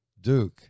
Duke